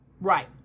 right